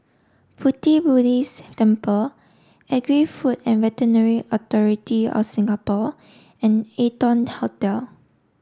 Pu Ti Buddhist Temple Agri Food and Veterinary Authority of Singapore and Arton Hotel